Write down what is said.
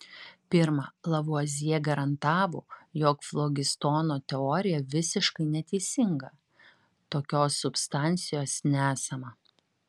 pirma lavuazjė garantavo jog flogistono teorija visiškai neteisinga tokios substancijos nesama